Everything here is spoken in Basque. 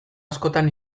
askotan